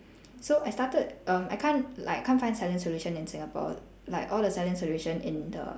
so I started err I can't like I can't find saline solution in singapore like all the saline solution in the